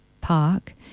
Park